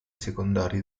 secondari